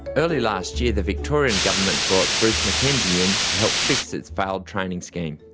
early last year the victorian government bought bruce mackenzie in to help fix its failed training scheme.